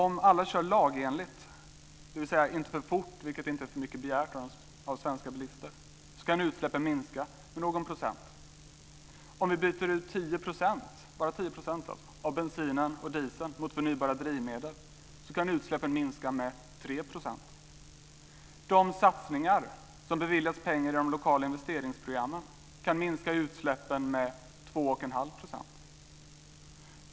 Om alla kör lagenligt - dvs. inte för fort, vilket inte är för mycket begärt av svenska bilister - kan utsläppen minska med någon procent. Om vi byter ut 10 %- bara 10 % alltså - av bensinen och dieseln mot förnybara drivmedel kan utsläppen minska med 3 %. De satsningar som beviljats pengar i de lokala investeringsprogrammen kan minska utsläppen med 2 1⁄2 %.